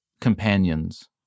companions